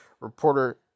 reporter